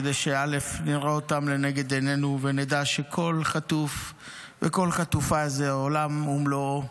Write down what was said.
כדי שנראה אותם נגד עינינו ונדע שכל חטוף וכל חטופה זה עולם ומלואו.